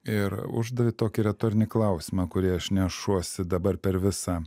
ir uždavė tokį retorinį klausimą kurį aš nešuosi dabar per visą